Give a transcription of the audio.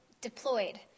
deployed